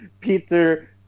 Peter